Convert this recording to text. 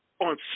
on